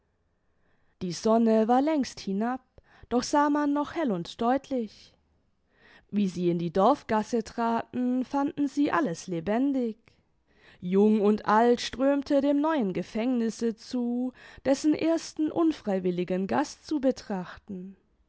die sonne war längst hinab doch sah man noch hell und deutlich wie sie in die dorfgasse traten fanden sie alles lebendig jung und alt strömte dem neuen gefängnisse zu dessen ersten unfreiwilligen gast zu betrachten